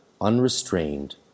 unrestrained